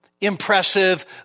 impressive